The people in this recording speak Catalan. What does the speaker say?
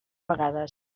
vegades